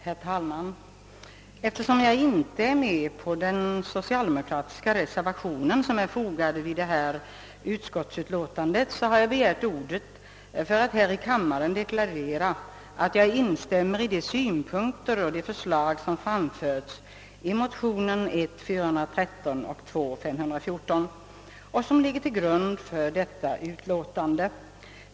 Herr talman! Eftersom jag inte stött den = socialdemokratiska reservation, som är fogad vid förevarande utlåtande, har jag begärt ordet för att i kammaren deklarera att jag instämmer i de synpunkter och förslag, som framförts i motionsparet I: 413 och II: 514 och som ligger till grund för utlåtandet.